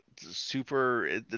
Super